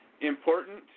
important